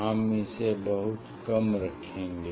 हम इसे बहुत कम रखेंगे